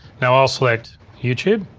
now i'll select youtube